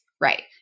Right